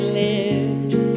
lips